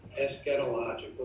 eschatological